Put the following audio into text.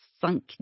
sunk